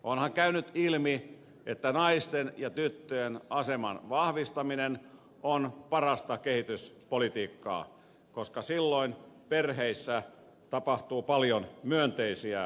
onhan käynyt ilmi että naisten ja tyttöjen aseman vahvistaminen on parasta kehityspolitiikkaa koska silloin perheissä tapahtuu paljon myönteisiä asioita